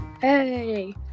hey